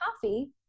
coffee